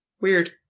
Weird